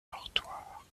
dortoir